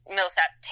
Millsap